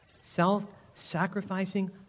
self-sacrificing